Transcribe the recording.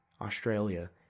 Australia